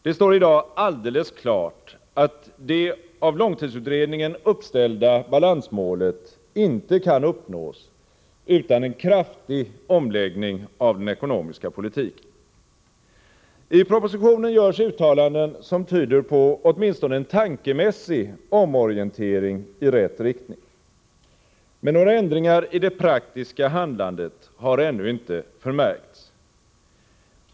Det står i dag alldeles klart att det av långtidsutredningen uppställda balansmålet inte kan uppnås utan en kraftig omläggning av den ekonomiska politiken. I propositionen görs uttalanden som tyder på åtminstone en tankemässig omorientering i rätt riktning. Men några ändringar i det praktiska handlandet har ännu inte förmärkts.